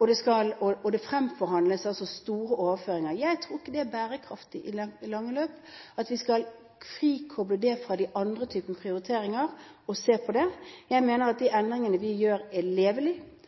og det fremforhandles altså store overføringer. Jeg tror ikke det er bærekraftig i det lange løp at vi skal frikoble det fra de andre typene prioriteringer, men se på det. Jeg mener at med de endringene vi gjør, er det levelig.